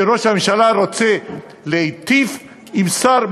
שראש הממשלה רוצה להיטיב עם שר,